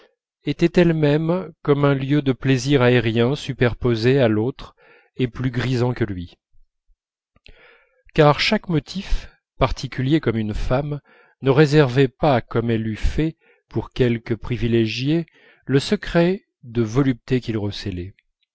était elle-même comme un lieu de plaisir aérien superposé à l'autre et plus grisant que lui car chaque motif particulier comme une femme ne réservait pas comme elle eût fait pour quelque privilégié le secret de volupté qu'il